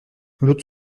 l’autre